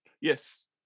Yes